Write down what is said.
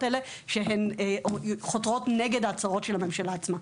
האלה שחותרות נגד הצהרות הממשלה עצמה.